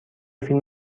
فیلم